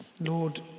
Lord